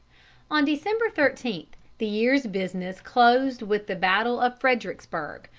on december thirteen the year's business closed with the battle of fredericksburg,